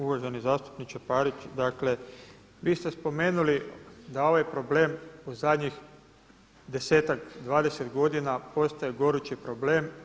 Uvaženi zastupniče Parić, dakle, vi ste spomenuli da ovaj problem u zadnjih desetak, 20 godina postaje gorući problem.